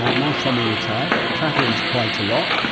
ah now semi-retired, travels quite a lot,